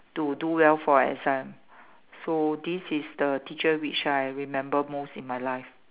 to do well for our exam so this is the teacher which I remember most in my life